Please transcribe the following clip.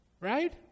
Right